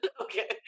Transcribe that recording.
Okay